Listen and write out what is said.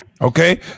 okay